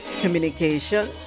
communication